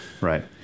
Right